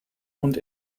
und